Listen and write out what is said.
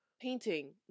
Painting